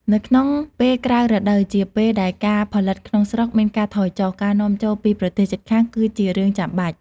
នៅក្នុងពេលក្រៅរដូវ ជាពេលដែលការផលិតក្នុងស្រុកមានការថយចុះ ការនាំចូលពីប្រទេសជិតខាងគឺជារឿងចាំបាច់។